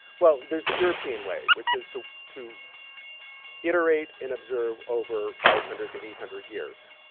well, there's the european way, which is to to iterate and observe over five hundred to eight hundred years.